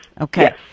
Okay